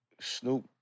Snoop